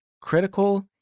critical